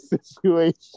situation